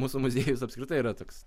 mūsų muziejus apskritai yra toks